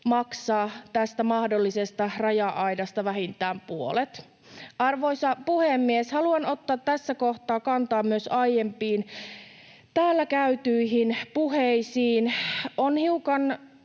maksaa tästä mahdollisesta raja-aidasta vähintään puolet. Arvoisa puhemies! Haluan ottaa tässä kohtaa kantaa myös aiempiin täällä käytyihin puheisiin.